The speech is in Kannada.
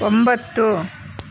ಒಂಬತ್ತು